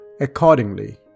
accordingly